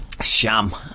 sham